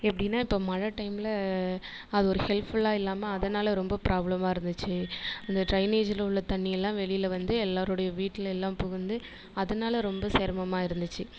எப்படின்னா இப்போ மழை டைமில் அது ஒரு ஹெல்ப்ஃபுல்லாக இல்லாமல் அதனால் ரொம்ப ப்ராப்ளமாக இருந்துச்சு அந்த ட்ரெயினேஜியில் உள்ள தண்ணி எல்லாம் வெளியில் வந்து எல்லோருடைய வீட்டில் எல்லாம் புகுந்து அதனால் ரொம்ப சிரமமா இருந்துச்சு